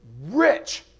rich